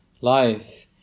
life